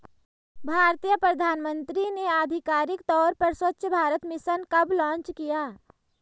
भारतीय प्रधानमंत्री ने आधिकारिक तौर पर स्वच्छ भारत मिशन कब लॉन्च किया?